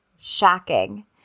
Shocking